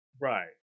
Right